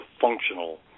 functional